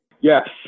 Yes